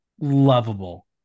lovable